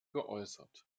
geäußert